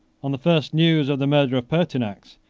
on the first news of the murder of pertinax,